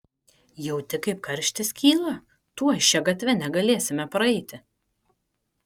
jauti kaip karštis kyla tuoj šia gatve negalėsime praeiti